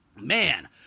Man